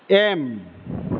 M